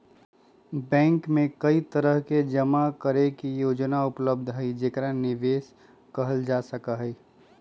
bank में कई तरह के जमा करे के योजना उपलब्ध हई जेकरा निवेश कइल जा सका हई